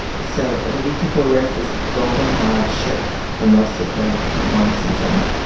so the beekeeper wears this golden rod shirt for most of the the warm seasons.